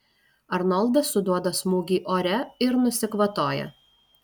arnoldas suduoda smūgį ore ir nusikvatoja